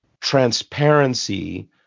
transparency